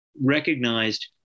recognized